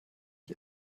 ich